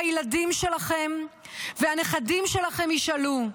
הילדים שלכם והנכדים שלכם ישאלו: